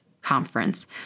conference